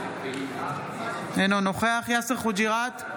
אינו נוכח יאסר חוג'יראת,